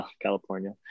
California